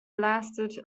blasted